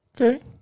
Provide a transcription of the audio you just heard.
Okay